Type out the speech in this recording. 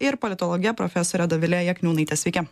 ir politologe profesore dovile jakniūnaite sveiki